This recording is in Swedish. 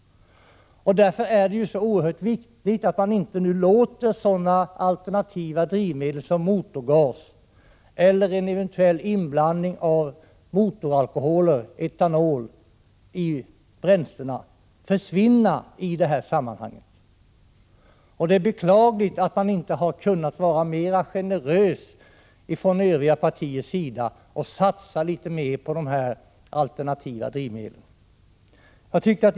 Därför är det så oerhört viktigt att man inte låter sådana alternativa drivmedel som motorgas eller en eventuell inblandning av motoralkoholer, etanol, i bränslena försvinna i det här sammanhanget. Det är beklagligt att övriga partier inte har kunnat vara mera generösa och satsat litet mera på dessa alternativa drivmedel.